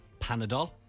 Panadol